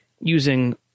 Using